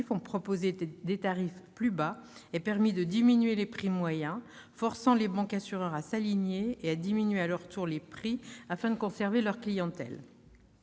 ont proposé des tarifs plus bas et permis de diminuer les prix moyens, forçant les bancassureurs à s'aligner et à diminuer à leur tour les prix, afin de conserver leur clientèle.